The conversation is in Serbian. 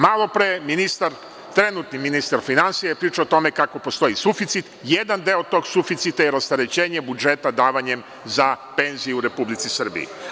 Malopre je trenutni ministar finansija pričao o tome kako postoji suficit, jedan deo tog suficita je rasterećenje budžeta davanjem za penzije u Republici Srbiji.